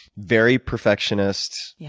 very perfectionist, yeah